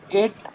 eight